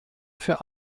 für